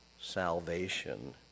salvation